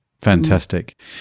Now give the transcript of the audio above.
Fantastic